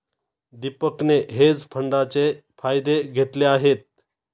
दीपकने हेज फंडाचे फायदे घेतले आहेत